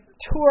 tour